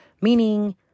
meaning